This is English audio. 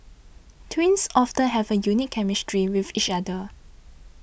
twins often have a unique chemistry with each other